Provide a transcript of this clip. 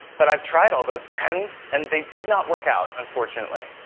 but i've tried all those trends and they did not work out unfortunately.